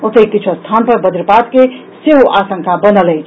ओतहि किछु स्थान पर वजपात के सेहो आशंका बनल अछि